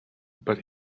but